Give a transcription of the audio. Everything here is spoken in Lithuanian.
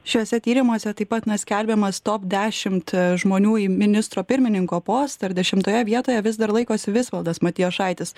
šiuose tyrimuose taip pat na skelbiamas top dešimt žmonių į ministro pirmininko postą ir dešimtoje vietoje vis dar laikosi visvaldas matijošaitis